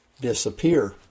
disappear